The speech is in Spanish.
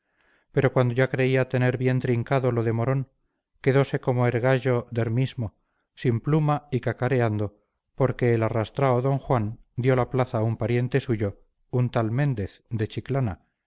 pero cuando ya creía tener bien trincado lo de morón quedose como er gayo der mismo sin pluma y cacareando porque elarrastrao d juan dio la plaza a un pariente suyo un tal méndez de chiclana